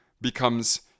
Becomes